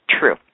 true